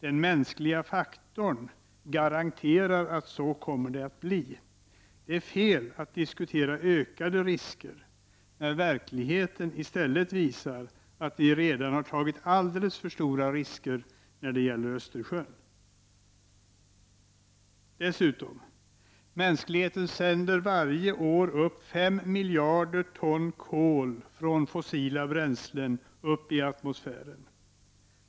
Den mänskliga faktorn kommer att garantera att det blir så. Det är fel att diskutera ökade risker när verkligheten visar att vi redan tagit alldeles för stora risker när det gäller Östersjön. Mänskligheten sänder varje år 5 miljarder ton kol från fossila bränslen upp i atmosfären.